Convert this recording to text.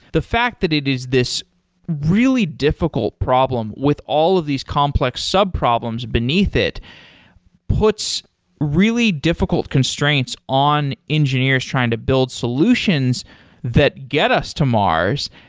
the fact that it is this really difficult problem with all of these complex sub problems beneath it puts really difficult constraints on engineers trying to build solutions that get us to mars.